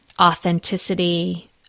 authenticity